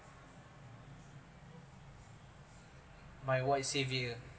my white savior